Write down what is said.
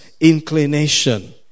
inclination